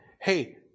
hey